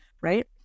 right